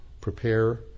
prepare